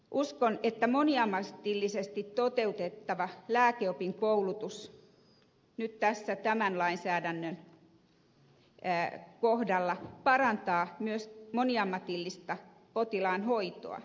uskon että moniammatillisesti toteutettava lääkeopin koulutus nyt tämän lainsäädännön kohdalla parantaa myös moniammatillista potilaan hoitoa